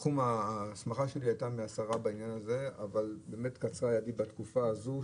ההסמכה שלי הייתה מהשרה בעניין הזה אבל באמת קצרה ידי בתקופה הזו,